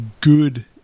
good